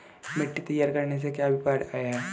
मिट्टी तैयार करने से क्या अभिप्राय है?